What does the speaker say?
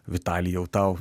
vitalijau tau